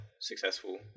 successful